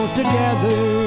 together